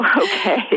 Okay